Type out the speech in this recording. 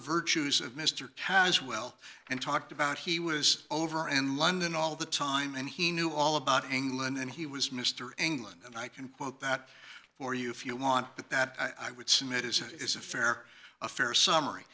virtues of mr howard as well and talked about he was over in london all the time and he knew all about angle and he was mr angle and i can quote that for you if you want but that i would submit is a is a fair a fair summary